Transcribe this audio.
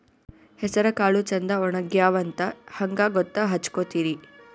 ಹೆಸರಕಾಳು ಛಂದ ಒಣಗ್ಯಾವಂತ ಹಂಗ ಗೂತ್ತ ಹಚಗೊತಿರಿ?